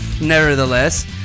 nevertheless